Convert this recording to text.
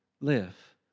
live